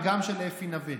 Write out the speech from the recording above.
וגם של אפי נווה.